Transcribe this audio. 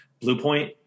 Bluepoint